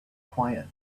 quiet